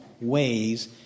ways